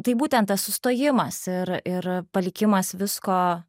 tai būtent tas sustojimas ir ir palikimas visko